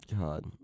God